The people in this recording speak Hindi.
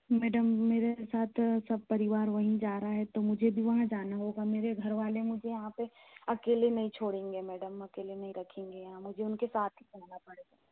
मैडम मेरे साथ सब परिवार वहीं जा रहा है तो मुझे भी वहाँ जाना होगा मेरे घरवाले मुझे यहाँ पर अकेले नहीं छोड़ेंगे मैडम अकेले नहीं रखेंगे यहाँ मुझे उन के साथ ही जाना पड़ेगा